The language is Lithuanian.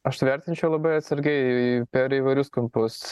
aš tai vertinčiau labai atsargiai per įvairius kampus